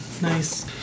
Nice